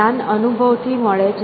જ્ઞાન અનુભવ થી મળે છે